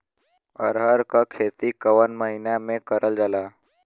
अरहर क खेती कवन महिना मे करल जाला?